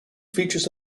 features